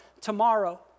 tomorrow